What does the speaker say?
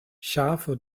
ŝafo